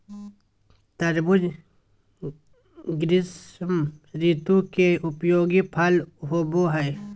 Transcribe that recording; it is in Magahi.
तरबूज़ ग्रीष्म ऋतु के उपयोगी फल होबो हइ